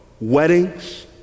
weddings